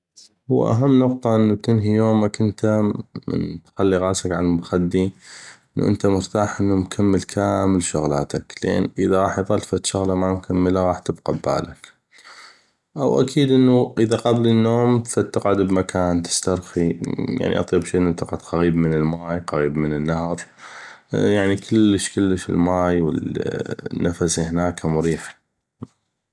هو اهم نقطه انو تنهي يومك انته انو تخلي غاسك عالمخدي انو انته مرتاح انو مكمل كامل شغلاتك لان اذا غاح يضل فدشغله ما مكمله غاح تبقى ببالك أو اكيد انو اذا قبل النوم انو تقعد بمكان تسترخي يعني اطيب شئ انو تقعد قغيب من الماي قغيب من النهر يعني كلش كلش الماي والنفس هناك مريح